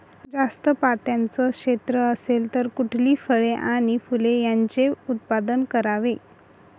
जास्त पात्याचं क्षेत्र असेल तर कुठली फळे आणि फूले यांचे उत्पादन करावे?